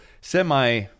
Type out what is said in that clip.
semi